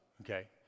okay